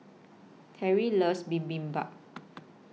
Terrie loves Bibimbap